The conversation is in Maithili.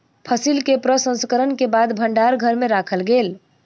फसिल के प्रसंस्करण के बाद भण्डार घर में राखल गेल